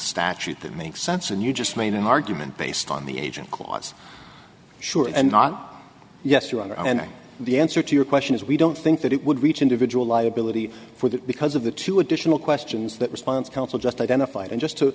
statute that makes sense and you just made an argument based on the agent clause sure and not yes you are and the answer to your question is we don't think that it would reach individual liability for that because of the two additional questions that response counsel just identified and just to